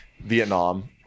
vietnam